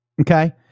Okay